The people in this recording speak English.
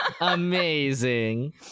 Amazing